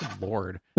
lord